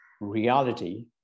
reality